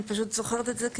אני פשוט זוכרת את זה.